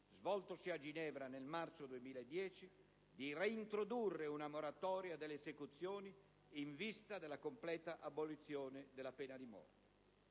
(svoltosi a Ginevra nel marzo 2010), di reintrodurre una moratoria delle esecuzioni in vista della completa abolizione della pena di morte.